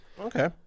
Okay